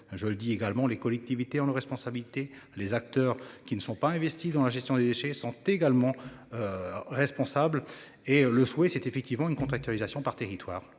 je le dis également les collectivités ont la responsabilité, les acteurs qui ne sont pas investis dans la gestion des déchets sont également. Responsables et le souhait c'est effectivement une contractualisation par territoire